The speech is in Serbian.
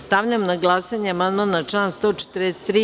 Stavljam na glasanje amandman na član 143.